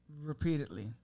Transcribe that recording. repeatedly